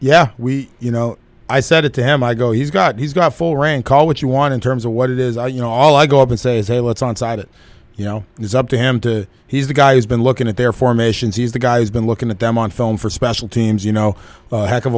yeah we you know i said to him i go he's got he's got full reign call what you want in terms of what it is you know all i go up and says hey let's onside it you know it's up to him to he's the guy who's been looking at their formations he's the guy who's been looking at them on film for special teams you know heck of